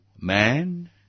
man